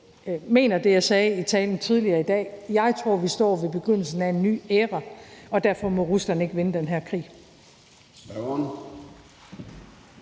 jeg mener det, jeg sagde i min tale tidligere i dag, nemlig at jeg tror, at vi står ved begyndelsen af en ny æra, og derfor må Rusland ikke vinde den her krig.